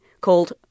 called